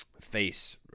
face